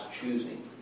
choosing